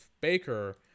Baker